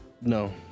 No